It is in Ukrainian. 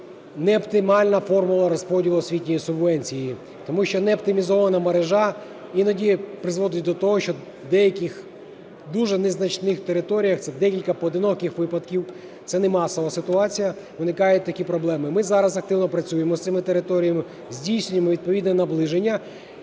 – неоптимальна формула розподілу освітньої субвенції. Тому що неоптимізована мережа іноді призводить до того, що на деяких дуже незначних територіях, це декілька поодиноких випадків, це не масова ситуація, виникають такі проблеми. Ми зараз активно працюємо з цими територіями. Здійснюємо відповідне наближення.